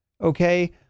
okay